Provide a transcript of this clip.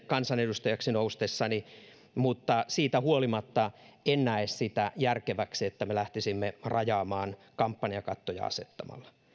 kansanedustajaksi noustessani mutta siitä huolimatta en näe sitä järkevänä että me lähtisimme rajaamaan tätä kampanjakattoja asettamalla